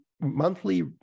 monthly